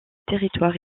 territoire